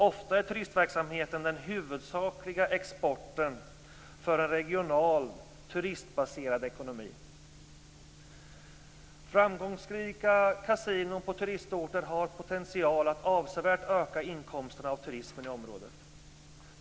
Ofta är turistverksamheten den huvudsakliga exporten för en regional turistortsbaserad ekonomi. Framgångsrika kasinon på turistorter har potential att avsevärt öka inkomsterna av turismen i området.